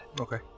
Okay